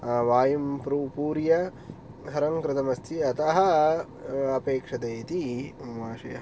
वायुं प्रपूर्य सर्वं कृतमस्ति अतः अपेक्षते इति मम आशयः